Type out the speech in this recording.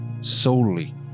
solely